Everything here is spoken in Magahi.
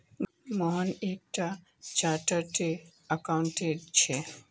मोहन एक टा चार्टर्ड अकाउंटेंट छे